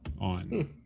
on